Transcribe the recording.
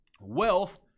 Wealth